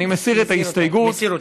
אני מסיר את ההסתייגות, מסיר אותה.